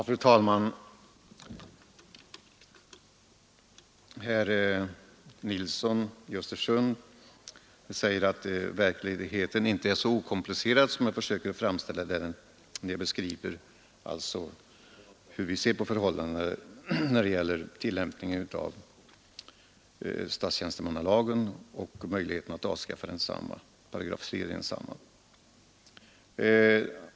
Fru talman! Herr Nilsson i Östersund säger att verkligheten inte är så okomplicerad som jag försöker framställa den när jag beskriver hur vi ser på tillämpningen av statstjänstemannalagen och möjligheterna att avskaffa 3 § i densamma.